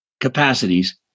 capacities